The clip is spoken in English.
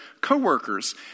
co-workers